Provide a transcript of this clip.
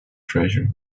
treasure